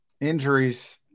injuries